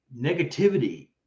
negativity